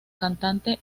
cantante